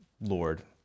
lord